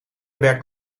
werkt